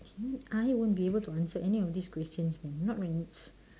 even I won't be able to answer any of these questions man not when it's